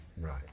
Right